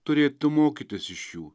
turėtų mokytis iš jų